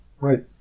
Right